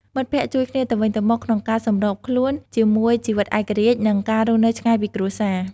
មិត្តភក្តិជួយគ្នាទៅវិញទៅមក ក្នុងការសម្របខ្លួនជាមួយជីវិតឯករាជ្យ និងការរស់នៅឆ្ងាយពីគ្រួសារ។